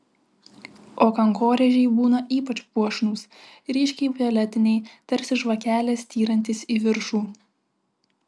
o kankorėžiai būna ypač puošnūs ryškiai violetiniai tarsi žvakelės styrantys į viršų